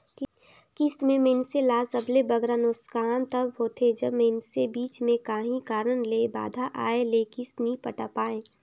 किस्त में मइनसे ल सबले बगरा नोसकान तब होथे जब मइनसे बीच में काहीं कारन ले बांधा आए ले किस्त नी पटाए पाए